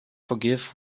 forgive